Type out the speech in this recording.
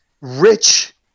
rich